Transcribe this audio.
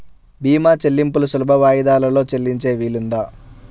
భీమా చెల్లింపులు సులభ వాయిదాలలో చెల్లించే వీలుందా?